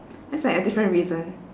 that's like a different reason